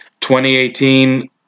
2018